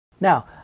Now